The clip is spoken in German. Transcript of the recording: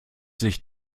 sich